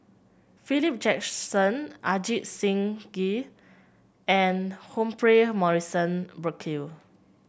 Philip Jackson Ajit Singh Gill and Humphrey Morrison Burkill